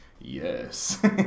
Yes